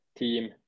team